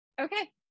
okay